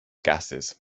gases